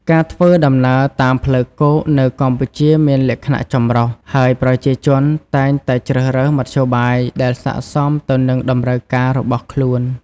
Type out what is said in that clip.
ការធ្វើដំណើរតាមផ្លូវគោកនៅកម្ពុជាមានលក្ខណៈចម្រុះ ហើយប្រជាជនតែងតែជ្រើសរើសមធ្យោបាយដែលស័ក្តិសមទៅនឹងតម្រូវការរបស់ខ្លួន។